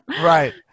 right